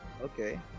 okay